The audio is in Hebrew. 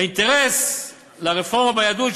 האינטרס לרפורמה ביהדות,